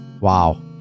Wow